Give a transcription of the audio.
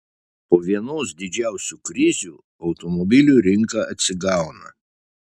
po vienos didžiausių krizių automobilių rinka atsigauna